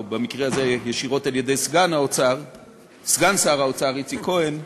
במקרה הזה ישירות על-ידי סגן שר האוצר איציק כהן,